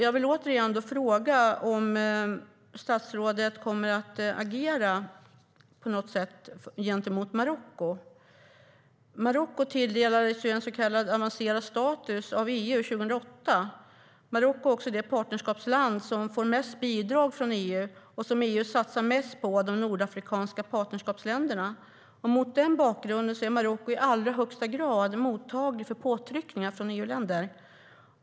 Jag vill återigen fråga om statsrådet kommer att agera på något sätt gentemot Marocko som tilldelades en så kallad avancerad status av EU 2008. Marocko är det partnerskapsland som får mest bidrag från EU och som EU satsar mest på av de nordafrikanska partnerskapsländerna. Mot den bakgrunden är Marocko i allra högsta grad mottagligt för påtryckningar från EU-länder.